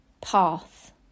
path